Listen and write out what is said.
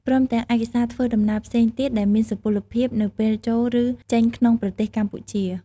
ព្រមទាំងឯកសារធ្វើដំណើរផ្សេងទៀតដែលមានសុពលភាពនៅពេលចូលឬចេញក្នុងប្រទេសកម្ពុជា។